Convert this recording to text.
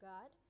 God